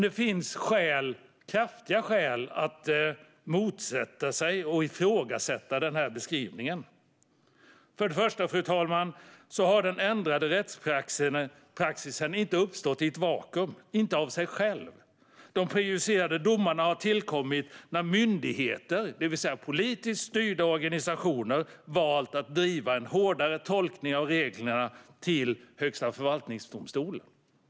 Det finns dock kraftiga skäl att motsätta sig och ifrågasätta denna beskrivning. För det första, fru talman, har den ändrade rättspraxisen inte uppstått i ett vakuum, inte av sig själv. De prejudicerande domarna har tillkommit när myndigheter, det vill säga politiskt styrda organisationer, valt att driva en hårdare tolkning av reglerna till Högsta förvaltningsdomstolen.